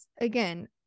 again